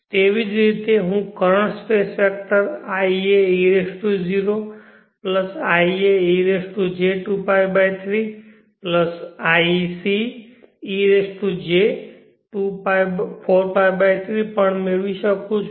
તેવી જ રીતે હું current space vector iae0 ia ej2π3 ia ej4π3 પણ મેળવી શકું છું